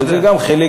אבל גם זה חלק